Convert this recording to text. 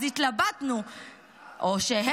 אז התלבטנו,